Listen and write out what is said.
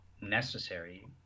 necessary